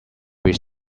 reads